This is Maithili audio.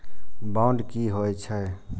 बांड की होई छै?